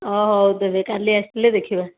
ଓ ହଉ ତେବେ କାଲି ଆସିଲେ ଦେଖିବା